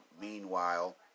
Meanwhile